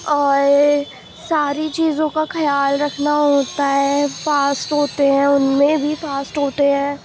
اور ساری چیزوں کا خیال رکھنا ہوتا ہے فاسٹ ہوتے ہیں ان میں بھی فاسٹ ہوتے ہیں